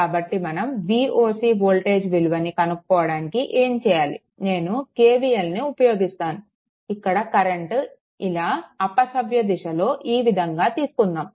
కాబట్టి మనం Voc voltage విలువను కనుక్కోవడానికి ఏం చేయాలి నేను KVLని ఉపయోగిస్తాను ఇక్కడ కరెంట్ ఇలా అపసవ్య దిశలో ఈ విధంగా తీసుకుందాము